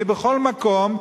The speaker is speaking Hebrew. והיא בכל מקום,